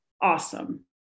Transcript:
awesome